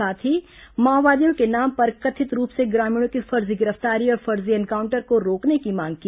साथ ही माओवादियों के नाम पर कथित रूप से ग्रामीणों की फर्जी गिरफ्तारी और फर्जी इनकाउंटर को रोकने की मांग की